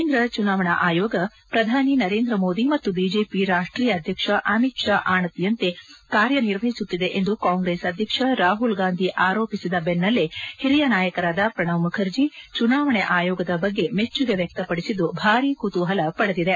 ಕೇಂದ್ರ ಚುನಾವಣೆ ಆಯೋಗ ಪ್ರಧಾನಿ ನರೇಂದ್ರ ಮೋದಿ ಮತ್ತು ಬಿಜೆಪಿ ರಾಷ್ಟೀಯ ಅಧ್ಯಕ್ಷ ಅಮಿತ್ ಶಾ ಆಣತಿಯಂತೆ ಕಾರ್ಯ ನಿರ್ವಹಿಸುತ್ತಿದೆ ಎಂದು ಕಾಂಗ್ರೆಸ್ ಅಧ್ಯಕ್ಷ ರಾಹುಲ್ ಗಾಂಧಿ ಆರೋಪಿಸಿದ ಬೆನ್ನಲ್ಲೇ ಹಿರಿಯ ನಾಯಕರಾದ ಪ್ರಣಬ್ ಮುಖರ್ಜಿ ಚುನಾವಣೆ ಆಯೋಗದ ಬಗ್ಗೆ ಮೆಚ್ಚುಗೆ ವ್ಯಕ್ತಪದಿಸಿದ್ದು ಭಾರಿ ಕುತೂಹಲ ಪಡೆದಿದೆ